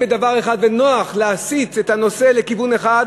בדבר אחד ונוח להסיט את הנושא לכיוון אחד,